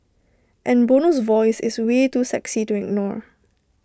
and Bono's voice is way too sexy to ignore